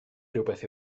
rywbeth